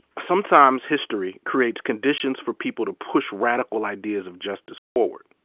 sometimes history creates conditions for people to push radical ideas of justice forward.